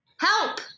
Help